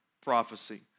prophecy